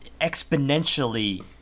exponentially